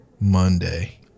Monday